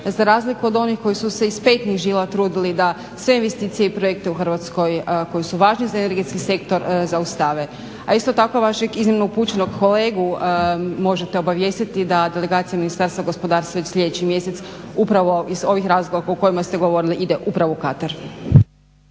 za razliku od onih koji su se iz petnih žila trudili da sve investicije i projekte u Hrvatskoj koji su važni za energetski sektor zaustave. A isto tako vašeg iznimno upućenog kolegu možete obavijestiti da delegacija Ministarstva gospodarstva već sljedeći mjesec upravo iz ovih razloga o kojima ste govorili ide upravo u Katar.